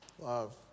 Love